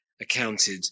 accounted